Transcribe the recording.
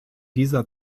dieser